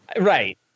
right